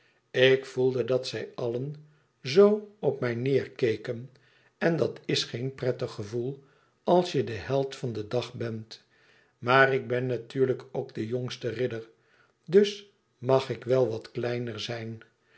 ik voelde dat zij allen zoo op mij neêrkeken en dat is geen prettig gevoel als je de held van den dag bent maar ik ben natuurlijk ook de jongste ridder dus mag ik wel wat kleiner zijn